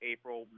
April